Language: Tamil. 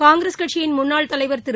காங்கிரஸ் கட்சியின் முன்னாள் தலைவர் திரு